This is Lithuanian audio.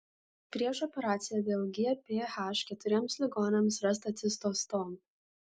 prieš operaciją dėl gph keturiems ligoniams rasta cistostomų